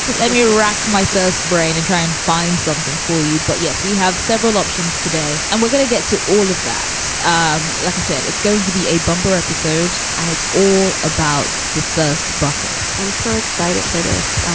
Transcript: let me rack my first brain and try and find something for you. but yes, we have several options today. and we're going to get to all of that. um like i said, it's going to be a bumper episode and it's all about the first bucket i'm so excited for this.